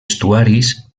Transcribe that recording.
estuaris